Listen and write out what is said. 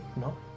no